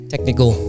Technical